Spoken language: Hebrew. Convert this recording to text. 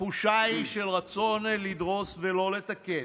התחושה היא של רצון לדרוס ולא לתקן,